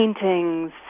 paintings